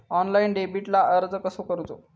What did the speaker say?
Online डेबिटला अर्ज कसो करूचो?